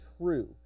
true